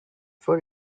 for